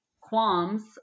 qualms